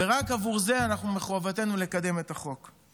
ורק עבור זה מחובתנו לקדם את החוק.